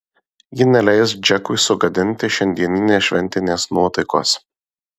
ji neleis džekui sugadinti šiandieninės šventinės nuotaikos